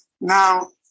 Now